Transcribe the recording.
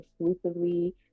exclusively